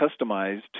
customized